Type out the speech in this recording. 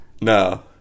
No